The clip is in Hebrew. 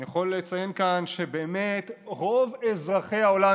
אני יכול לציין כאן שבאמת רוב אזרחי העולם,